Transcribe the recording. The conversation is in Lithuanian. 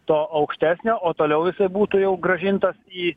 to aukštesnio o toliau būtų jau grąžintas į